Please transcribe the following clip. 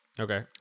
Okay